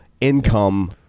income